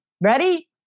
Ready